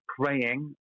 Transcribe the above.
praying